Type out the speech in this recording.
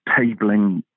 Tabling